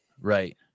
Right